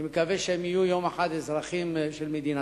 אני מקווה שהם יהיו יום אחד אזרחים של מדינתם.